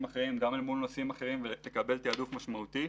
אחרים וגם אל מול נושאים אחרים ושיקבל תעדוף משמעותי.